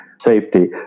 safety